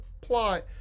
plot